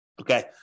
Okay